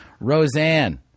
Roseanne